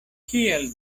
kial